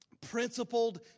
Principled